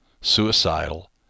suicidal